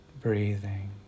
breathing